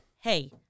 hey